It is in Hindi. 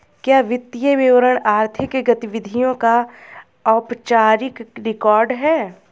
क्या वित्तीय विवरण आर्थिक गतिविधियों का औपचारिक रिकॉर्ड है?